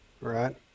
Right